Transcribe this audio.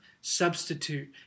substitute